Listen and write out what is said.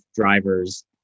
drivers